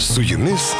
su jumis